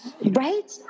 right